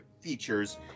Features